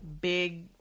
Big